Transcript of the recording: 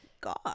god